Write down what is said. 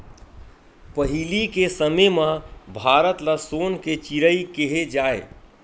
पहिली के समे म भारत ल सोन के चिरई केहे जाए